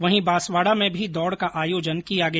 वहीं बांसवाडा में भी दौड का आयोजन किया गया